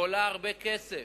היא עולה הרבה כסף.